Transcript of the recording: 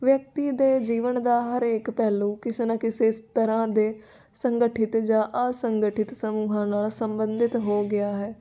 ਵਿਅਕਤੀ ਦੇ ਜੀਵਨ ਦਾ ਹਰੇਕ ਪਹਿਲੂ ਕਿਸੇ ਨਾ ਕਿਸੇ ਤਰ੍ਹਾਂ ਦੇ ਸੰਗਠਿਤ ਜਾ ਅਸੰਗਠਿਤ ਸਮੂਹਾਂ ਨਾਲ ਸੰਬੰਧਿਤ ਹੋ ਗਿਆ ਹੈ